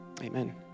Amen